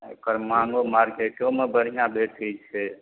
एकर माँगो मार्केटोमे बढ़िआँ भेटैत छै